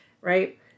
right